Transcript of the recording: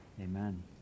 Amen